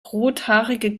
rothaarige